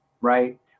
right